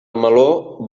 meló